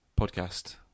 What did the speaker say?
podcast